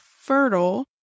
fertile